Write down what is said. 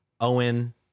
Owen